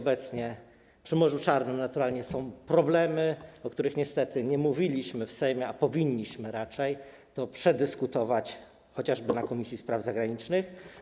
Obecnie przy Morzu Czarnym naturalnie są problemy, o których niestety nie mówiliśmy w Sejmie, a raczej powinniśmy to przedyskutować, chociażby w Komisji Spraw Zagranicznych.